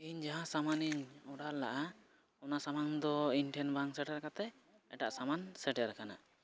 ᱤᱧ ᱡᱟᱦᱟᱸ ᱥᱟᱢᱟᱱᱤᱧ ᱚᱰᱟᱨ ᱞᱮᱫᱟ ᱚᱱᱟ ᱥᱟᱢᱟᱱ ᱫᱚ ᱤᱧᱴᱷᱮᱱ ᱵᱟᱝ ᱥᱮᱴᱮᱨ ᱠᱟᱛᱮᱫ ᱮᱴᱟᱜ ᱥᱟᱢᱟᱱ ᱥᱮᱴᱮᱨ ᱟᱠᱟᱱᱟ